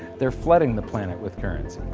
they're flooding the planet with currency.